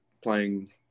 playing